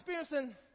experiencing